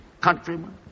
countryman